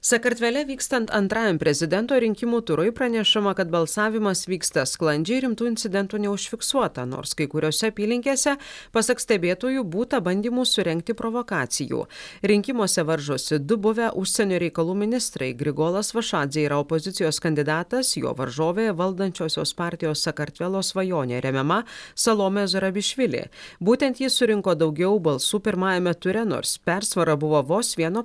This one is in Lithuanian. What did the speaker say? sakartvele vykstant antrajam prezidento rinkimų turui pranešama kad balsavimas vyksta sklandžiai rimtų incidentų neužfiksuota nors kai kuriose apylinkėse pasak stebėtojų būta bandymų surengti provokacijų rinkimuose varžosi du buvę užsienio reikalų ministrai grigolas vašadzė yra opozicijos kandidatas jo varžovė valdančiosios partijos sakartvelo svajonė remiama salomė zurabišvili būtent ji surinko daugiau balsų pirmajame ture nors persvara buvo vos vieno